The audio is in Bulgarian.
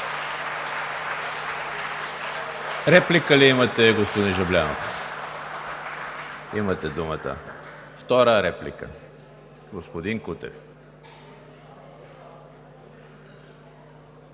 Реплика ли имате, господин Жаблянов? Имате думата. Втора реплика – господин Кутев.